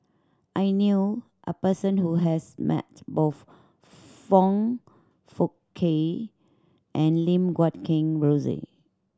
I knew a person who has met both Foong Fook Kay and Lim Guat Kheng Rosie